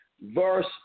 Verse